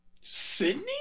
Sydney